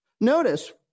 Notice